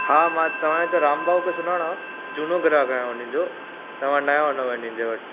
हा मां तव्हांजे हिते राम भाऊ खे सुञाणां झूनो ग्राहक आहियां उन्हनि जो तव्हां न वञिजो उन्हनि वटि